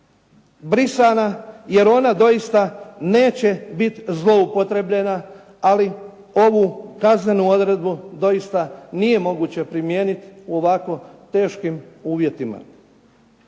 brisana jer ona doista neće biti zloupotrebljena, ali ovu kaznenu odredbu doista nije moguće primijeniti u ovako teškim uvjetima.